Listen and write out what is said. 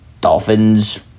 Dolphins